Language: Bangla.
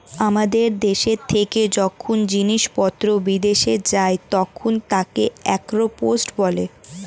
আমাদের দেশ থেকে যখন জিনিসপত্র বিদেশে যায় তখন তাকে এক্সপোর্ট বলে